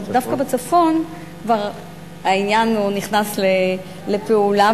דווקא בצפון העניין כבר נכנס לפעולה.